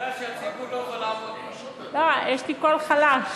נראה, לא, יש לי קול חלש.